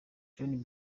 john